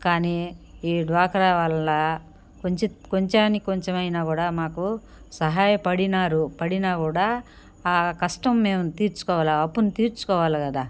కానీ ఈ డ్వాక్రా వల్ల కొంచెం కొంచానికి కొంచమయినా గూడా మాకు సహాయ పడినారు పడినా గూడా కష్టం మేము తీర్చుకోవాల పోనీ తీర్చుకోవాలి కదా